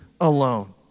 alone